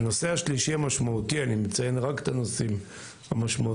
הנושא השלישי המשמעותי אני מציין רק את הנושאים המשמעותיים,